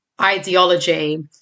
ideology